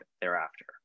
thereafter